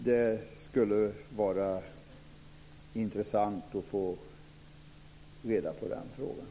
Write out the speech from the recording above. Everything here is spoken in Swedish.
Det skulle vara intressant att få svar på dessa frågor.